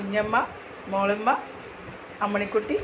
Kunjamma Molamma Ammini Kutty